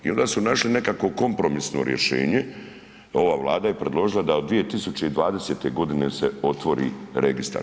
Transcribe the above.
I onda su našli nekakvo kompromisno rješenje, ova Vlada je predložila da od 2020. godine se otvori registar.